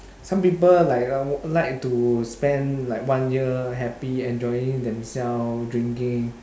some people like uh like to spend like one year happy enjoying themselves drinking